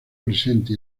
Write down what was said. presente